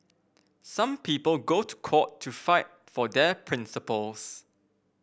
some people go to court to fight for their principles